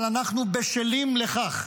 אבל אנחנו בשלים לכך,